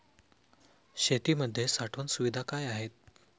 शेतीमध्ये साठवण सुविधा काय आहेत?